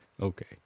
Okay